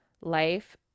life